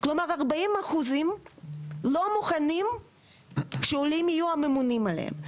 40% לא מוכנים שעולים יהיו הממונים עליהם.